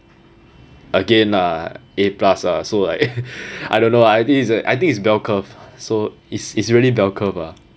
again ah A plus ah so like I dunno ah I think is that i think it's bell curve so it's it's really bell curve ah